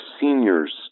Seniors